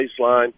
baseline